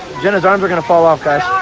jennas arms fell off